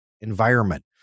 environment